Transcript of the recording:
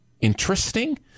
interesting